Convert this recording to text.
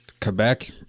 Quebec